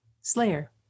slayer